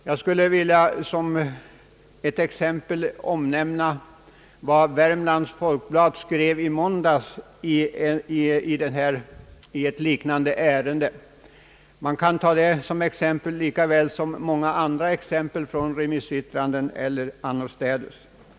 Jag skulle vilja som ett exempel omnämna vad Värmlands Folkblad skrev i måndags i ett liknande ärende. Man kan anföra detta lika väl som många andra exempel från remissyttranden eller annat håll som skäl för en utredning.